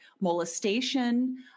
molestation